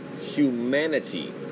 humanity